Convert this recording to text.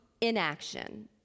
inaction